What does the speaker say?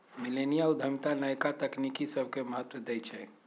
मिलेनिया उद्यमिता नयका तकनी सभके महत्व देइ छइ